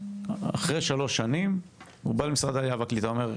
אחרי שלוש שנים בא למשרד העלייה והקליטה ואומר,